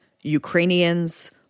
Ukrainians